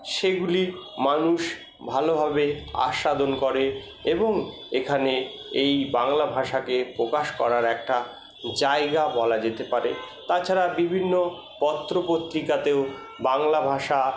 সেগুলির মানুষ ভালোভাবে আস্বাদন করে এবং এখানে এই বাংলা ভাষাকে প্রকাশ করার একটা জায়গা বলা যেতে পারে তাছাড়া বিভিন্ন পত্র পত্রিকাতেও বাংলা ভাষা